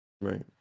Right